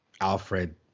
Alfred